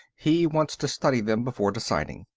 he wants to study them before deciding.